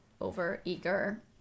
over-eager